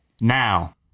Now